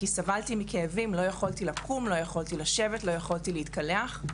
סבלתי מכאבים, לא יכולתי לקום, לשבת, להתקלח.